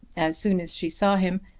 as soon as she saw him,